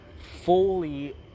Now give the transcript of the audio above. fully